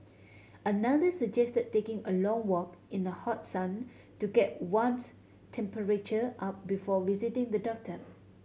another suggest taking a long walk in the hot sun to get one's temperature up before visiting the doctor